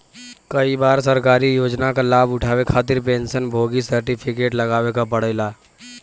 कई बार सरकारी योजना क लाभ उठावे खातिर पेंशन भोगी सर्टिफिकेट लगावे क पड़ेला